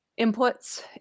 inputs